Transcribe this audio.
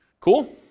Cool